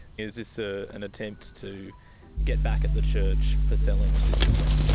is this ah an attempt to get back at the church for selling this building?